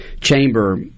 chamber –